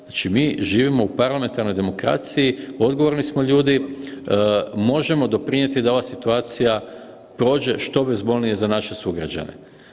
Znači mi živimo u parlamentarnoj demokraciji, odgovorni smo ljudi, možemo doprinijeti da ova situacija prođe što bezbolnije za naše sugrađane.